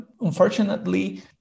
unfortunately